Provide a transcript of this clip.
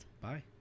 Bye